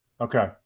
Okay